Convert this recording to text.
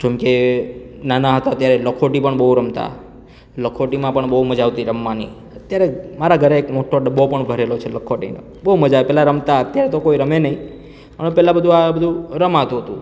જેમ કે નાના હતા ત્યારે લખોટી પણ બહુ રમતા લખોટીમાં પણ બહુ મજા આવતી રમવાની અત્યારે મારા ઘરે એક મોટો ડબ્બો પણ ભરેલો છે લખોટીનો બહુ મજા પહેલાં રમતા અત્યારે તો કોઈ રમે નહીં પણ પહેલાં બધું આ બધું રમાતું હતું